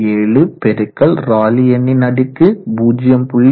7 பெருக்கல் ராலி எண்ணின் அடுக்கு 0